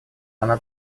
она